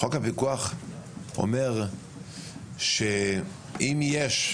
חוק הפיקוח אומר שאם יש,